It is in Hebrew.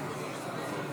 1 לא